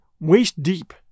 waist-deep